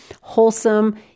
wholesome